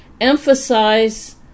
emphasize